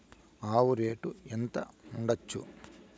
ఆవు రేటు ఎంత ఉండచ్చు?